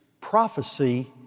prophecy